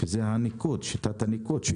שזה הניקוד,